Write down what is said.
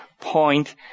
point